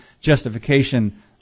justification